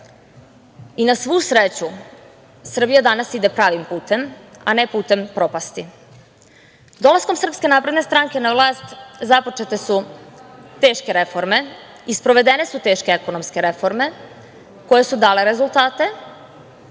svu sreću Srbija danas ide pravim putem, a ne putem propasti. Dolaskom SNS na vlast započete su teške reforme i sprovede su teške ekonomske reforme koje su dale rezultate